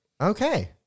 Okay